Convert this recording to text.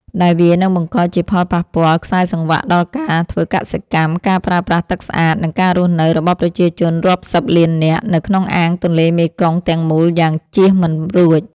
ដែលវានឹងបង្កជាផលប៉ះពាល់ខ្សែសង្វាក់ដល់ការធ្វើកសិកម្ម ការប្រើប្រាស់ទឹកស្អាត និងការរស់នៅរបស់ប្រជាជនរាប់សិបលាននាក់នៅក្នុងអាងទន្លេមេគង្គទាំងមូលយ៉ាងជៀសមិនរួច។